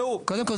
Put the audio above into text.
שמעו --- קודם כל,